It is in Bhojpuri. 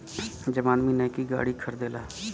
जब आदमी नैकी गाड़ी खरीदेला